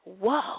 whoa